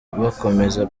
bakomeza